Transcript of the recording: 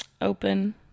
open